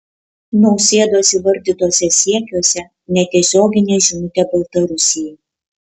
nausėdos įvardytuose siekiuose netiesioginė žinutė baltarusijai